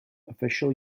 official